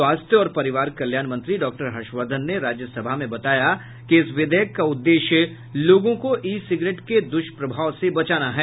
स्वास्थ्य और परिवार कल्याण मंत्री डॉक्टर हर्षवर्धन ने राज्यसभा में बताया कि इस विधेयक का उद्देश्य लोगों को ई सिगरेट के दुष्प्रभाव से बचाना है